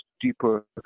deeper